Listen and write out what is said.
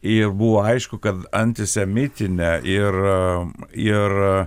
ir buvo aišku kad antisemitinę ir ir